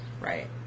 Right